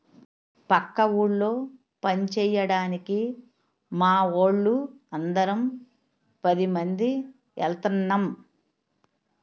పక్క ఊళ్ళో పంచేయడానికి మావోళ్ళు అందరం పదిమంది ఎల్తన్నం